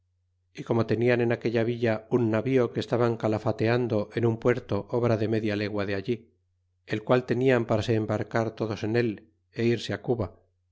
y como tenian en aquella villa un navío que estaban calafeteando en un puerto obra de media legua de allí el qual tenían para se embarcar todos en él o irse cuba